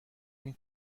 این